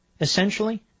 essentially